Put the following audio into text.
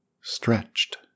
stretched